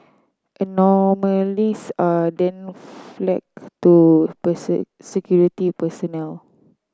anomalies are then flagged to security personnel